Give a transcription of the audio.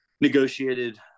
negotiated